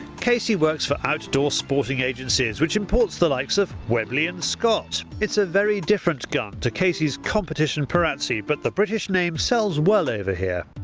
casey works for outdoor sporting agencies which imports the likes of webley and scott it's a very different gun to casey's competition perazzi but the british name sells well over here.